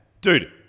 Dude